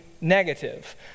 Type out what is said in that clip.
negative